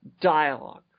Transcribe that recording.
dialogue